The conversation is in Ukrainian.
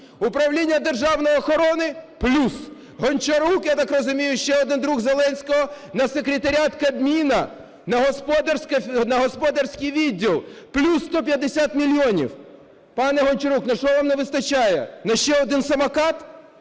Управління державної охорони – плюс. Гончарук, я так розумію, ще один друг Зеленського. На секретаріат Кабміну, на господарський відділ – плюс 150 мільйонів. Пане Гончарук, на що вам не вистачає, на ще один самокат?